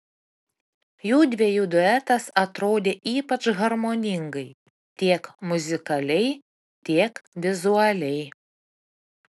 judviejų duetas atrodė ypač harmoningai tiek muzikaliai tiek vizualiai